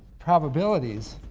probabilities